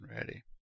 ready